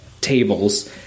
tables